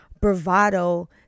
bravado